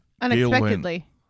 unexpectedly